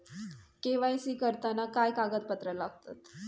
KYC करताना काय कागदपत्रा लागतत?